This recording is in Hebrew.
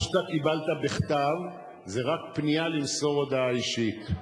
מה שאתה קיבלת בכתב זה רק פנייה למסור הודעה אישית.